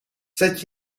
zet